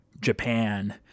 Japan